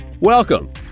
welcome